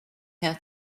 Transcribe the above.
here